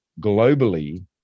globally